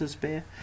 beer